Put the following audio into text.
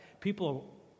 people